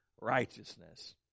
righteousness